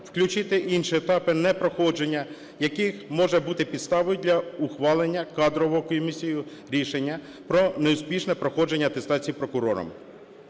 включити інші етапи непроходження, які може бути підставою для ухвалення кадровою комісією рішення про неуспішне проходження атестації прокурором.